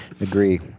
Agree